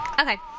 Okay